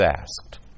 asked